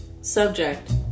subject